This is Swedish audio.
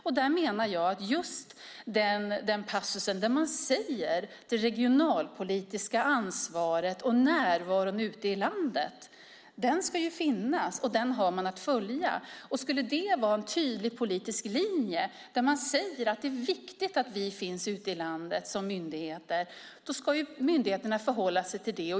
Jag menar att just den passus där det talas om det regionalpolitiska ansvaret och närvaron ute i landet ska finnas, och den har man att följa. Om det finns en tydlig politisk linje där man säger att det är viktigt att myndigheterna finns ute i landet ska myndigheterna förhålla sig till det.